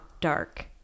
dark